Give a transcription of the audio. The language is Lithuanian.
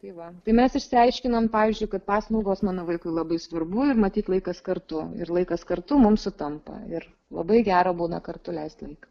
tai va tai mes išsiaiškinom pavyzdžiui kad paslaugos mano vaikui labai svarbu ir matyt laikas kartu ir laikas kartu mums sutampa ir labai gera būna kartu leist laiką